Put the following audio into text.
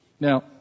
Now